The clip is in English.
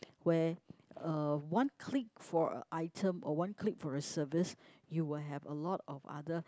where a one click for a item or one click for a service you will have a lot of other